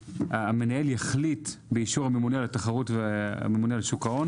המנהל יחליט באישור הממונה על התחרות והממונה על שוק ההון.